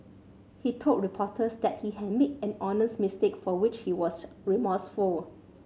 he told reporters that he had made an honest mistake for which he was remorseful